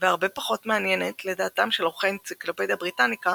והרבה פחות מעניינת לדעתם של עורכי האנציקלופדיה בריטניקה